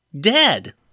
dead